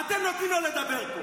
ואתם נותנים לו לדבר פה.